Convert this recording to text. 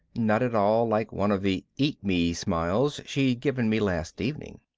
not at all like one of the eat me smiles she'd given me last evening.